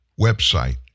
website